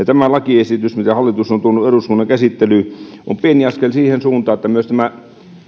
tämä lakiesitys minkä hallitus on tuonut eduskunnan käsittelyyn on pieni askel siihen suuntaan että myös